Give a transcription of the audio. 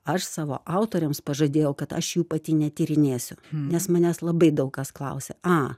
aš savo autorėms pažadėjau kad aš jų pati netyrinėsiu nes manęs labai daug kas klausė a